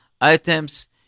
items